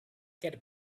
get